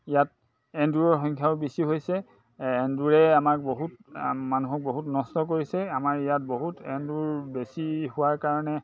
ইয়াত এন্দুৰৰ সংখ্যাও বেছি হৈছে এন্দুৰে আমাক বহুত মানুহক বহুত নষ্ট কৰিছে আমাৰ ইয়াত বহুত এন্দুৰ বেছি হোৱাৰ কাৰণে